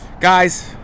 Guys